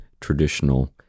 traditional